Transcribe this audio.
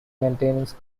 maintenance